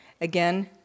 again